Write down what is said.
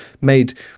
made